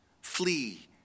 flee